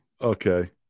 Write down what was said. okay